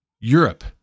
Europe